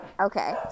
okay